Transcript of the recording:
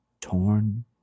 torn